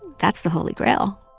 that's the holy grail